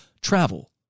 travel